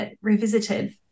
revisited